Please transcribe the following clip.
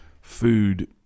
food